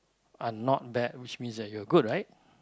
are not bad which means you're good right